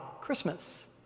Christmas